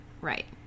Right